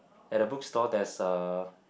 at the book store there's a